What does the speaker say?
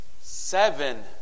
seven